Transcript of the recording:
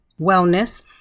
wellness